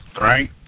right